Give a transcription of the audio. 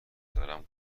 دارم